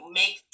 make